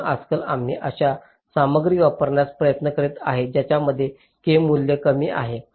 म्हणून आजकाल आम्ही अशी सामग्री वापरण्याचा प्रयत्न करीत आहोत ज्यांचे k मूल्य कमी आहे